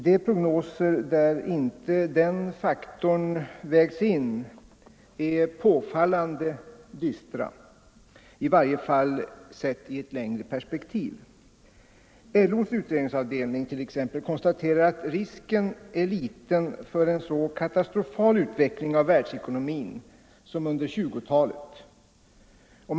De prognoser där inte den faktorn vägts in är påfallande dystra, i varje fall i ett längre perspektiv. LO:s utredningsavdelning t.ex. konstaterar, att risken är liten för en så katastrofal utveckling av världsekonomin som under 1920-talet.